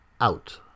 Out